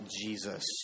Jesus